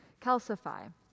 calcify